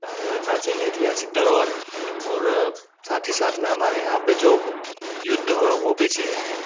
कहा जाता प्राचीन ऐतिहासिक धरोहर और साथ ही साथ में हमारे यहाँ पे जो युद्ध हुए हैं वो भी चीज़ें हैं